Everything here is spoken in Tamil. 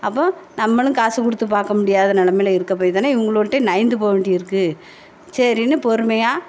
அப்போ நம்மளும் காசு கொடுத்து பார்க்க முடியாத நிலமையில இருக்க போய் தானே இவங்களுவோல்ட்ட நயந்து போக வேண்டி இருக்குது சரின்னு பொறுமையாக